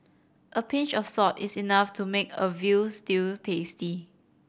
a pinch of salt is enough to make a veal stew tasty